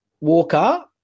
Walker